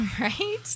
Right